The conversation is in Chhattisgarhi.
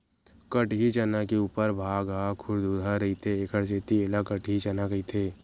कटही चना के उपर भाग ह खुरदुरहा रहिथे एखर सेती ऐला कटही चना कहिथे